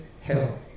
hell